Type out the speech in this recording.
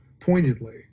pointedly